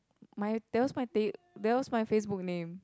my that was my ta~ Facebook name